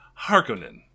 Harkonnen